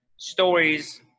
stories